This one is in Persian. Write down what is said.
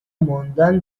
ماندن